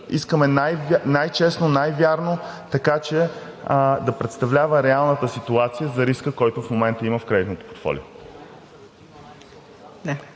искаме най честно, най-вярно, така че да представлява реалната ситуация за риска, който в момента има в кредитното портфолио.